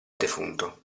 defunto